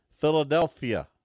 Philadelphia